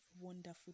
wonderful